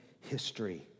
history